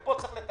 מה קואליציה?